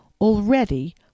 already